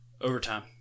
Overtime